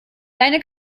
deine